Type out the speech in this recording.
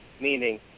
meaning